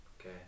Okay